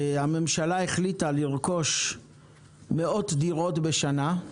הממשלה החליטה לרכוש מאות דירות בשנה,